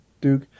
Duke